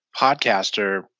podcaster